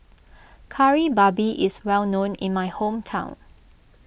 Kari Babi is well known in my hometown